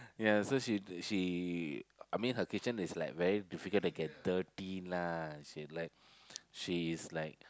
ya so she she I mean her kitchen is like very difficult to get dirty lah you see like she is like